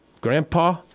grandpa